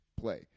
play